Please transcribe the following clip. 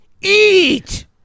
Eat